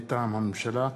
מטעם הממשלה: